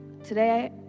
Today